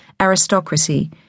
aristocracy